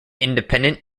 independent